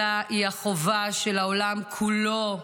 אלא הוא החובה של העולם כולו,